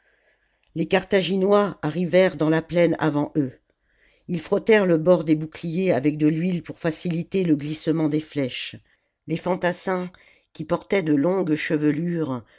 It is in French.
les carthaginois arrivèrent dans la plaine avant eux ils frottèrent le bord des boucliers avec de l'huile pour faciliter le glissement des flèches les fantassins qui portaient de longues chevelures